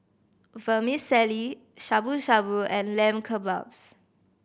Vermicelli Shabu Shabu and Lamb Kebabs